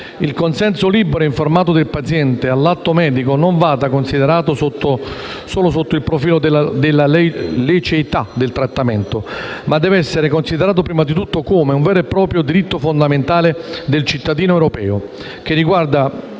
il consenso libero e informato del paziente all'atto medico non va considerato solo sotto il profilo della liceità del trattamento, ma deve essere considerato prima di tutto come un vero e proprio diritto fondamentale del cittadino europeo, che riguarda